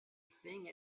thing